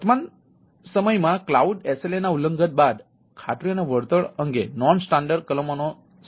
વર્તમાન દિવસમાં cloud SLA ના ઉલ્લંઘન બાદ ખાતરી અને વળતર અંગે નોન સ્ટાન્ડર્ડ કલમોનો સમાવેશ થાય છે